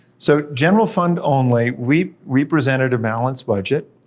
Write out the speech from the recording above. so general fund only, we re-presented a balanced budget.